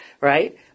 Right